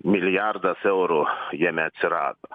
milijardas eurų jame atsirado